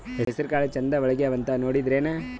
ಹೆಸರಕಾಳು ಛಂದ ಒಣಗ್ಯಾವಂತ ನೋಡಿದ್ರೆನ?